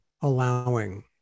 allowing